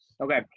Okay